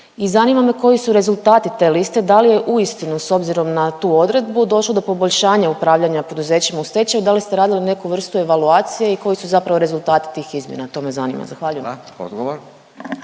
i zanima me koji su rezultati te liste, da li je uistinu s obzirom na tu odredbu došlo do poboljšanja upravljanja poduzećima u stečaju, da li ste radili neku vrstu evaluacije i koji su zapravo rezultati tih izmjena? To me zanima. Zahvaljujem.